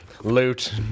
Loot